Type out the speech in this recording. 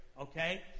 okay